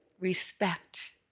respect